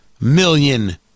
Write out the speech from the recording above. million